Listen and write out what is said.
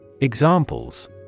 Examples